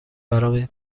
برای